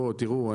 בואו תראו,